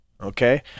Okay